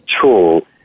tool